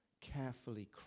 carefully